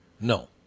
No